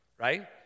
right